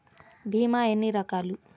భీమ ఎన్ని రకాలు?